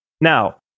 Now